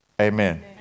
Amen